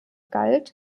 galt